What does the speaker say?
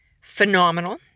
phenomenal